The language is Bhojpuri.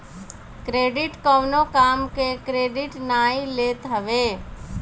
क्रेडिट कवनो काम के क्रेडिट नाइ लेत हवे